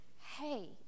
hey